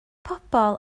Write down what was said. pobl